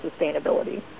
sustainability